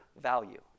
value